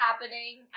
happening